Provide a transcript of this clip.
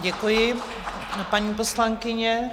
Děkuji, paní poslankyně.